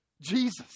Jesus